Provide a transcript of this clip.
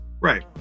right